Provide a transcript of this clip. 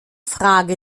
frage